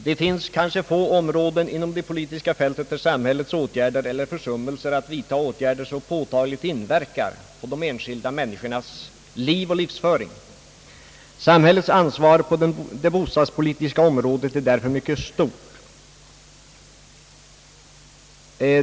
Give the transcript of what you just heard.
Det finns väl få områden inom det politiska fältet där samhällets åtgärder, eller försummelser att vidta åtgärder, så påtagligt som här inverkar på de enskilda människornas liv och livsföring. Samhällets ansvar på det bostadspolitiska området är därför mycket stort.